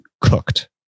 cooked